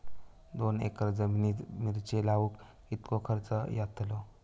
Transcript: दोन एकर जमिनीत मिरचे लाऊक कितको खर्च यातलो?